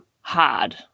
hard